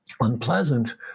unpleasant